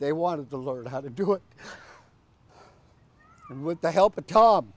they wanted to learn how to do it with the help of t